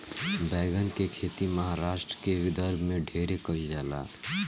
बैगन के खेती महाराष्ट्र के विदर्भ में ढेरे कईल जाला